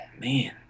man